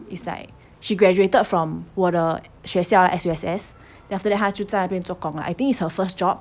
it's like she graduated from 我的学校 S_U_S_S then after 她就在那边做工 liao I think it's her first job